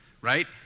right